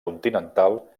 continental